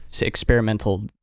experimental